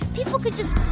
people could just